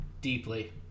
deeply